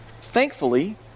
Thankfully